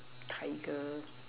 tiger